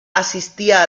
asistía